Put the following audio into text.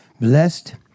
blessed